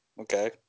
Okay